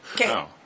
Okay